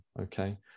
Okay